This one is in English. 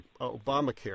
Obamacare